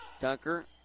Tucker